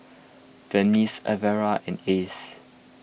Venice Elvira and Ace